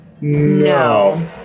No